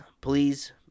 please